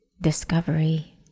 Discovery